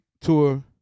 Tour